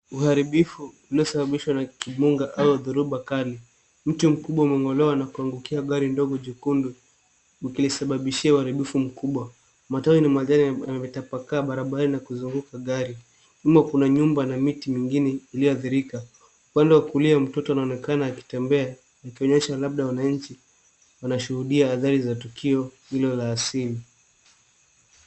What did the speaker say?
Uharibifu uliosababishwa na kibunga au dhoruba kali. Mti mkubwa umeng'olewa na kuangukia gari ndogo jekundu ukilisababishia uharibifu mkubwa. Matawi na magari yametapakaa barabarani na kuzunguka gari. Nyuma kuna nyumba na miti mingine iliyoathirika. Upande wa kulia mtoto anaonekana akitembea akionyesha labda wananchi wanashuhudia athari za tukio hilo la asili.